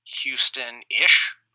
Houston-ish